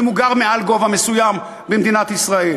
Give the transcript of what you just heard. אם הוא גר מעל גובה מסוים במדינת ישראל.